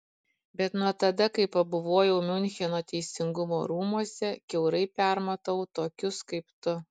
bet nuo tada kai pabuvojau miuncheno teisingumo rūmuose kiaurai permatau tokius kaip tu